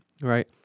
right